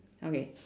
okay